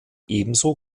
ebenso